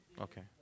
Okay